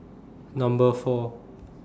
Number four